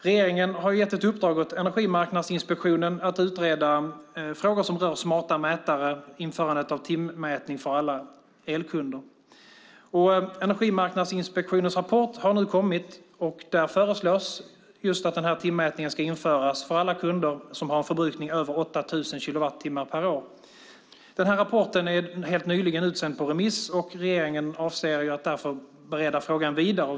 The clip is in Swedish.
Regeringen har gett ett uppdrag åt Energimarknadsinspektionen att utreda frågor som rör smarta mätare och införande av timmätning för alla elkunder. Energimarknadsinspektionens rapport har nu kommit och där föreslås just att den här timmätningen ska införas för alla kunder som har en förbrukning över 8 000 kilowattimmar per år. Den här rapporten är helt nyligen utsänd på remiss. Regeringen avser därför att bereda frågan vidare.